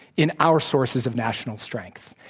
in our sources of national strength.